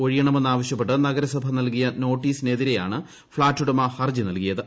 ഒഴിയണമെന്നാവശ്യപ്പെട്ട് flat നഗരസഭ നൽകിയ നോട്ടീസിനെതിരെയാണ് ഫ്ളാറ്റുടമ ഹർജി നൽകിയത്